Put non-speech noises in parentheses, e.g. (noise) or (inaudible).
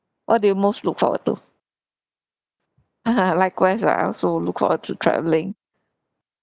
what do you most look forward to (laughs) likewise uh I also look forward to travelling